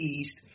East